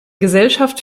gesellschaft